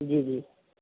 جی جی